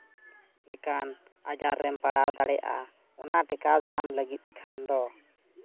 ᱟᱡᱟᱨ ᱨᱮᱢ ᱯᱟᱲᱟᱣ ᱫᱟᱲᱮᱭᱟᱜᱼᱟ ᱚᱱᱟ ᱴᱮᱠᱟᱣ ᱫᱟᱨᱟᱢ ᱞᱟᱹᱜᱤᱫ ᱛᱮᱠᱷᱟᱱ ᱫᱚ